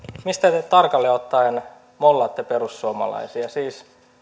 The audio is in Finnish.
mistä te tarkalleen ottaen mollaatte perussuomalaisia